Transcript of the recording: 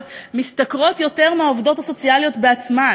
משתכרות יותר מהעובדות הסוציאליות עצמן.